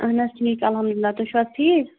اہن حظ ٹھیٖک الحمدُاللہ تُہۍ چھو حظ ٹھیٖک